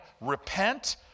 repent